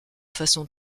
façon